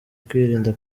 kwirinda